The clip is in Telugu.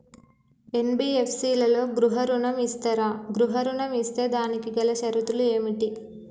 ఎన్.బి.ఎఫ్.సి లలో గృహ ఋణం ఇస్తరా? గృహ ఋణం ఇస్తే దానికి గల షరతులు ఏమిటి?